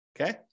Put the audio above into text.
Okay